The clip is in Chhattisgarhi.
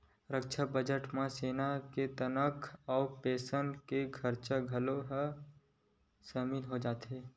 रक्छा बजट म सेना के तनखा अउ पेंसन के खरचा ह घलोक सामिल हो जाथे